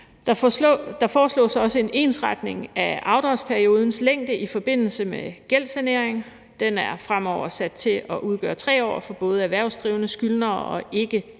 Der foreslås også en ensretning af afdragsperiodens længde i forbindelse med gældssanering. Den er fremover sat til at udgøre 3 år for både erhvervsdrivende, skyldnere og